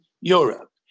Europe